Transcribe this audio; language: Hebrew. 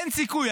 אין סיכוי.